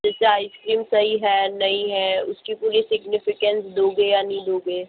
जैसे आइसक्रीम सही है नहीं है उसकी पूरी सिग्निफिकेन्स दोगे या नहीं दोगे